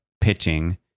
pitching